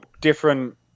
different